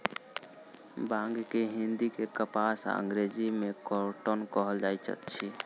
बांग के हिंदी मे कपास आ अंग्रेजी मे कौटन कहल जाइत अछि